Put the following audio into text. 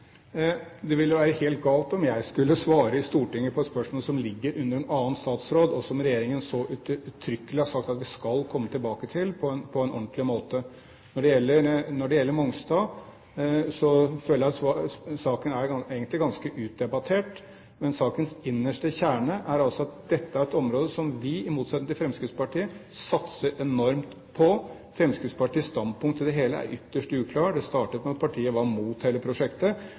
Det ville være helt galt om jeg skulle svare i Stortinget på et spørsmål som ligger under en annen statsråd, og som regjeringen så uttrykkelig har sagt at vi skal komme tilbake til på en ordentlig måte. Når det gjelder Mongstad, føler jeg at saken egentlig er ganske utdebattert, men sakens innerste kjerne er altså at dette er et område som vi, i motsetning til Fremskrittspartiet, satser enormt på. Fremskrittspartiets standpunkt er i det hele ytterst uklart. Det startet med at partiet var mot hele prosjektet.